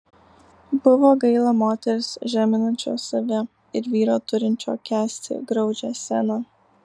buvo gaila moters žeminančios save ir vyro turinčio kęsti graudžią sceną